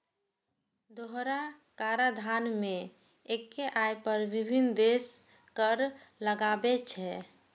दोहरा कराधान मे एक्के आय पर विभिन्न देश कर लगाबै छै